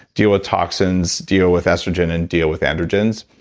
deal with toxins, deal with estrogen, and deal with androgens.